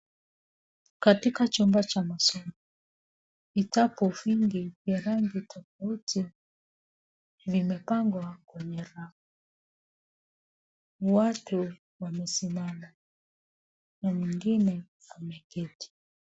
Katika chumba cha masomo vitabu vingi vya rangi tafauti vimepangwa kwenye rafu, watu wamesimama na mwingine ameketi.